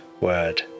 word